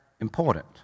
important